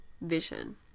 vision